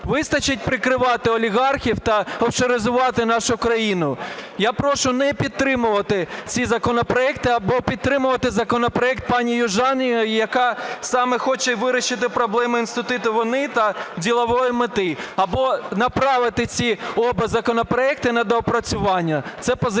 Вистачить прикривати олігархів та офшоризувати нашу країну? Я прошу не підтримувати ці законопроекти або підтримувати законопроект пані Южаніної, яка саме хоче вирішити проблеми інституту вини та ділової мети. Або направити ці обидва законопроекти на доопрацювання. Це позиція